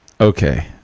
okay